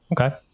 Okay